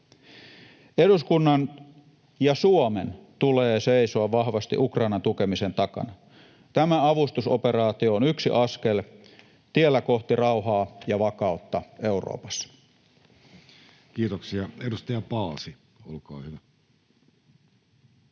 Eduskunnan ja Suomen tulee seisoa vahvasti Ukrainan tukemisen takana. Tämä avustusoperaatio on yksi askel tiellä kohti rauhaa ja vakautta Euroopassa. Kiitoksia. — Edustaja Paasi, olkaa hyvä.